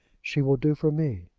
she will do for me.